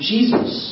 Jesus